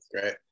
great